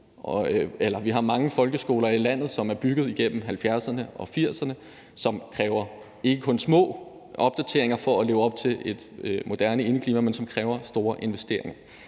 Vi har mange folkeskoler i landet, som er bygget op igennem 70’erne og 80’erne, og som ikke kun kræver små opdateringer for at leve op til et moderne indeklima, men som kræver store investeringer.